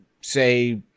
say